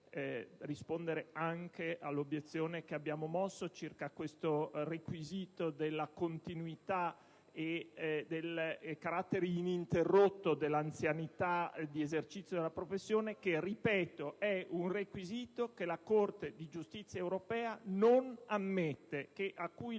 rispondere anche all'obiezione che noi abbiamo mosso circa il requisito della continuità e del carattere ininterrotto dell'anzianità di esercizio della professione. Quest'ultimo - ripeto - è un requisito che la Corte di giustizia delle Comunità europee non ammette, e a cui la